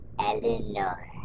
Eleanor